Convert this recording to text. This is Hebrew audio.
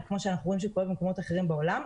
וכמו שאנחנו רואים שקורה במקומות אחרים בעולם,